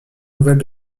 nouvelle